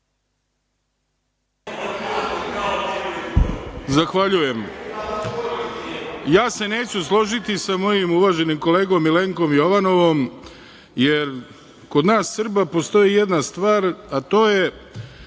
Zahvaljujem. Ja se neću složiti sa mojim uvaženim kolegom Milenkom Jovanovim, jer kod nas Srba postoji jedna stvar, a to je